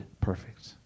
perfect